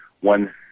one